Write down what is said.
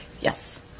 Yes